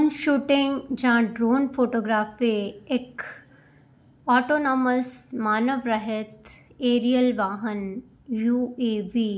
ਵਧੀਆ ਪੋਰਟਰੇਟ ਵਿੱਚ ਵਿਅਕਤੀ ਦੀ ਸ਼ਖਸੀਅਤ ਪਛਾਣ ਅਤੇ ਇੱਕ ਅੰਦਰੂਨੀ ਕਹਾਣੀ ਚਮਕਦੀ ਹੈ